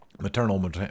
maternal